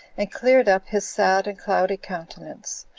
and cleared up his sad and cloudy countenance,